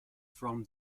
from